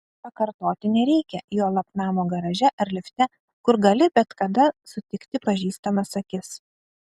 pakartoti nereikia juolab namo garaže ar lifte kur gali bet kada sutikti pažįstamas akis